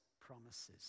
promises